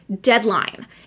deadline